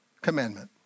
commandment